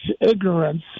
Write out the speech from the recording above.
ignorance